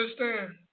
understand